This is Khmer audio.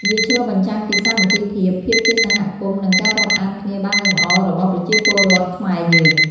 វាឆ្លុះបញ្ចាំងពីសាមគ្គីភាព ភាពជាសហគមន៍ និងការរាប់អានគ្នាបានយ៉ាងល្អរបស់ប្រជាពលរដ្ឋខ្មែរយើង។